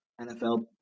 NFL